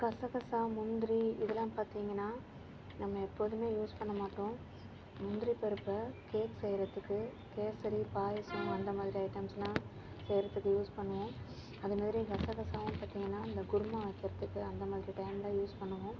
கசகசா முந்திரி இதெலாம் பார்த்தீங்கனா நம்ம எப்போதுமே யூஸ் பண்ண மாட்டோம் முந்திரி பருப்பை கேக் செய்யறதுக்கு கேசரி பாயசம் அந்த மாதிரி ஐட்டம்ஸ்லாம் செய்யறத்துக்கு யூஸ் பண்ணுவோம் அதே மாதிரி கசகசாவும் பார்த்திங்கனா இந்த குருமா வைக்கறதுக்கு அந்த மாதிரி டைம் தான் யூஸ் பண்ணுவோம்